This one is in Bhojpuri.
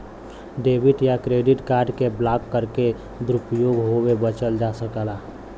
डेबिट या क्रेडिट कार्ड के ब्लॉक करके दुरूपयोग होये बचल जा सकला